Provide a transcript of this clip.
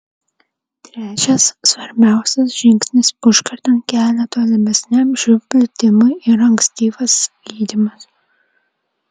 trečias svarbiausias žingsnis užkertant kelią tolimesniam živ plitimui yra ankstyvas gydymas